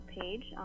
page